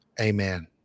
amen